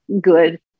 good